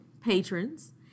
patrons